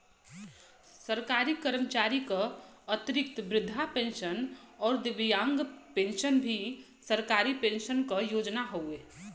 सरकारी कर्मचारी क अतिरिक्त वृद्धा पेंशन आउर दिव्यांग पेंशन भी सरकारी पेंशन क योजना हउवे